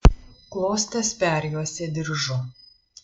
klostes perjuosė diržu